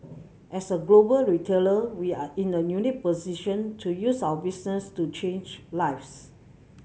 as a global retailer we are in a unique position to use our business to change lives